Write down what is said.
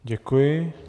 Děkuji.